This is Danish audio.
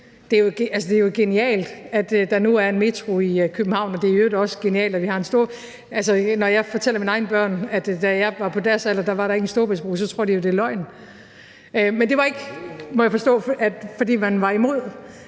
det er jo genialt, at der nu er en metro i København, og det er i øvrigt også genialt, at vi har en Storebæltsbro. Altså, når jeg fortæller mine egne børn, at da jeg var på deres alder, var der ikke en Storebæltsbro, så tror de jo, det er løgn. Men det var ikke, må jeg forstå, fordi man på det